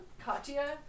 Katya